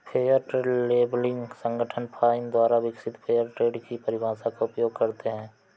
fair trade labelling संगठन FINE द्वारा विकसित फेयर ट्रेड की परिभाषा का उपयोग करते हैं